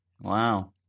Wow